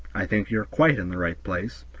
i think you are quite in the right place,